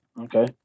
Okay